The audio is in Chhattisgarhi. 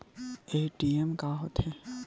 ए.टी.एम का होथे?